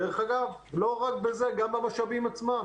דרך אגב, לא רק בזה, גם במשאבים עצמם.